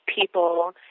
people